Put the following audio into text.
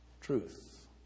truth